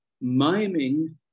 miming